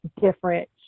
different